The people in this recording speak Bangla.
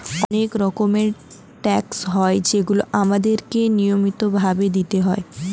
অনেক রকমের ট্যাক্স হয় যেগুলো আমাদের কে নিয়মিত ভাবে দিতেই হয়